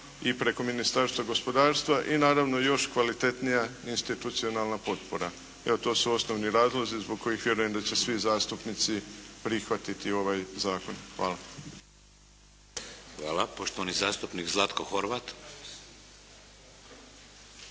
i preko Ministarstva gospodarstva. I naravno još kvalitetnija institucionalna potpora. Evo to su osnovni razlozi zbog kojih vjerujem da će svi zastupnici prihvatiti ovaj zakon. Hvala. **Šeks, Vladimir (HDZ)** Hvala. Poštovani zastupnik Zlatko Horvat.